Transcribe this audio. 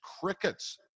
Crickets